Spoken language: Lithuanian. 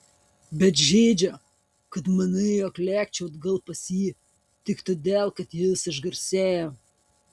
bet žeidžia kad manai jog lėkčiau atgal pas jį tik todėl kad jis išgarsėjo